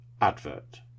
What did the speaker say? advert